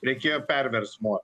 reikėjo perversmo